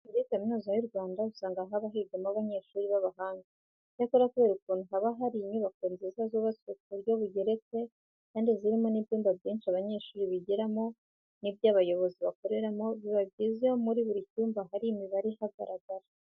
Muri Kaminuza y'u Rwanda usanga haba higamo abanyeshuri b'abahanga. Icyakora kubera ukuntu haba hari inyubako nziza zubatswe ku buryo bugeretse kandi zirimo n'ibyumba byinshi abanyeshuri bigiramo n'ibyo abayobozi bakoreramo, biba byiza iyo muri buri cyumba hari imibare iharanga.